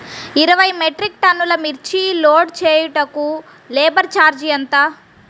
ఇరవై మెట్రిక్ టన్నులు మిర్చి లోడ్ చేయుటకు లేబర్ ఛార్జ్ ఎంత?